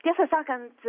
tiesą sakant